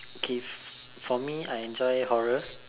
K if for me I enjoy horror